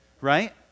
right